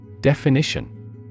Definition